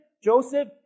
Joseph